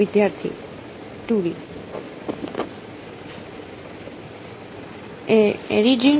વિદ્યાર્થી ઓરિજિન